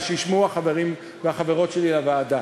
ושישמעו החברים והחברות שלי לוועדה: